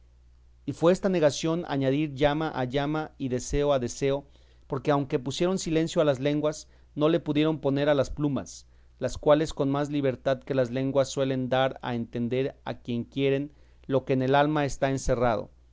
y fue esta negación añadir llama a llama y deseo a deseo porque aunque pusieron silencio a las lenguas no le pudieron poner a las plumas las cuales con más libertad que las lenguas suelen dar a entender a quien quieren lo que en el alma está encerrado